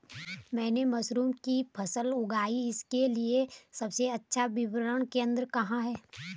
मैंने मशरूम की फसल उगाई इसके लिये सबसे अच्छा विपणन केंद्र कहाँ है?